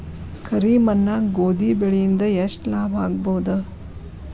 ಕರಿ ಮಣ್ಣಾಗ ಗೋಧಿ ಬೆಳಿ ಇಂದ ಎಷ್ಟ ಲಾಭ ಆಗಬಹುದ?